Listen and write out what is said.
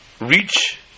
reach